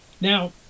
Now